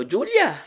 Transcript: Julia